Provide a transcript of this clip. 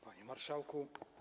Panie Marszałku!